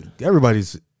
everybody's